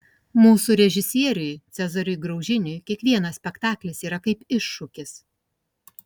mūsų režisieriui cezariui graužiniui kiekvienas spektaklis yra kaip iššūkis